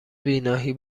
بینایی